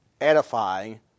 edifying